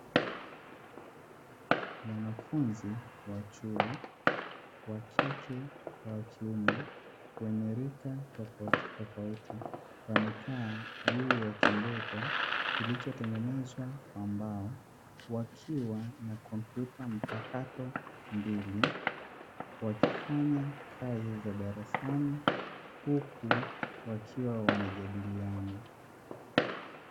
Wanafunzi wa chuo, wa kike na wa kiume, wenye rika tofautitofauti; wamekaa juu ya kimbweta kilichotengenezwa kwa mbao, wakiwa na kompyuta mpakato mbili, wakifanya kazi za darasani huku wakiwa wanajadiliana.